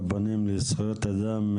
רבנים לזכויות אדם,